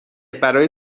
برای